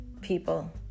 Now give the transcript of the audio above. people